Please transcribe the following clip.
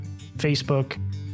Facebook